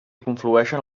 conflueixen